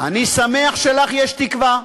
יש תקווה.